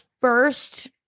first